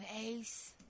Ace